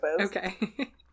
Okay